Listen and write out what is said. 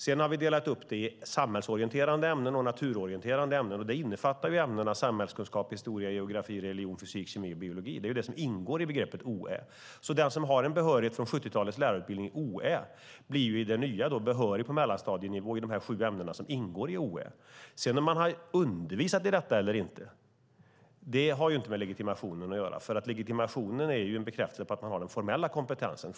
Vi har sedan delat upp det i samhällsorienterande ämnen och naturorienterande ämnen. Det innefattar ämnena samhällskunskap, historia, geografi, religion, fysik, kemi och biologi. Det är det som ingår i begreppet OÄ. Den som har en behörighet i OÄ från 70-talets lärarutbildning blir i det nya systemet behörig på mellanstadienivå i dessa sju ämnen som ingår i OÄ. Om man sedan har undervisat i detta eller inte har inte med legitimationen att göra. Legitimationen är ju en bekräftelse på att man har den formella kompetensen.